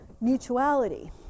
mutuality